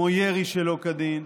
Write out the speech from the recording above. כמו ירי שלא כדין,